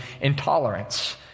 intolerance